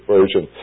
Version